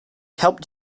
helped